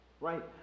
right